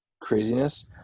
craziness